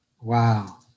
Wow